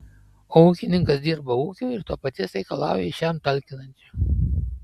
o ūkininkas dirba ūkiui ir to paties reikalauja iš jam talkinančių